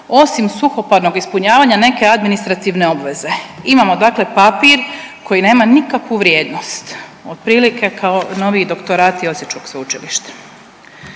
osim suhoparnog ispunjavanja neke administrativne obveze. Imamo dakle papir koji nema nikakvu vrijednost, otprilike kao noviji doktorati osječkog sveučilišta.